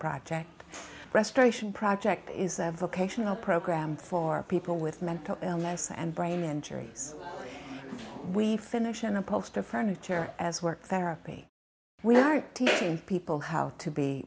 project restoration project is a vocational program for people with mental illness and brain injuries we finish in a poster furniture as work there a p we are teaching people how to be